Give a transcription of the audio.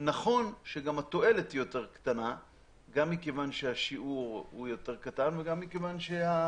נכון שגם התועלת היא יותר קטנה מכיוון שהשיעור הוא קטן והמחלה